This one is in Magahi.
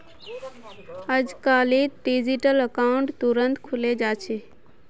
अजकालित डिजिटल अकाउंट तुरंत खुले जा छेक